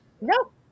Nope